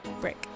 Brick